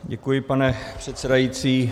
Děkuji, pane předsedající.